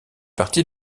partie